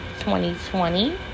2020